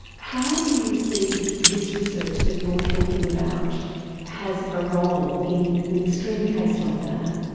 how do you see this research that you're talking about has a role in an extreme case like that?